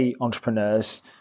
entrepreneurs